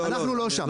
אבל אנחנו לא שם.